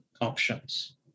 options